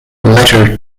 letter